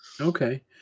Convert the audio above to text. Okay